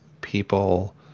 people